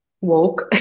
woke